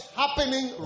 happening